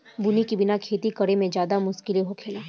बुनी के बिना खेती करेमे ज्यादे मुस्किल होखेला